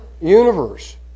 universe